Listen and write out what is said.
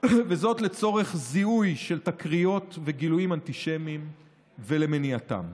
וזאת לצורך זיהוי של תקריות וגילויים אנטישמיים ולמניעתם.